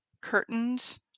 curtains